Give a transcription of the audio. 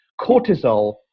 Cortisol